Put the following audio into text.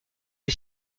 est